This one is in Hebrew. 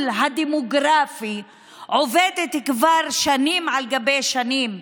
הדמוגרפי עובדת כבר שנים על גבי שנים,